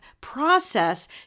process